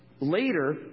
Later